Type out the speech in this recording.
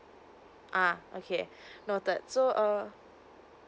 uh okay noted so uh